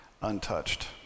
untouched